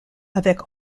avec